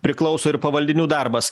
priklauso ir pavaldinių darbas